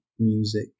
music